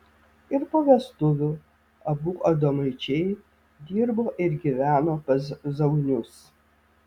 ir po vestuvių abu adomaičiai dirbo ir gyveno pas zaunius